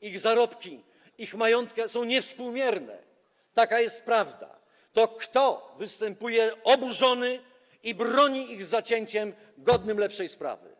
ich zarobki, ich majątki są niewspółmierne, taka jest prawda - to kto występuje oburzony i broni ich z zacięciem godnym lepszej sprawy?